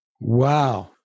Wow